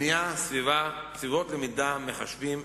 בניית סביבות למידה: מחשבים,